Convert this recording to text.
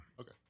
Okay